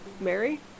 Mary